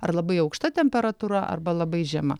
ar labai aukšta temperatūra arba labai žema